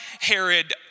Herod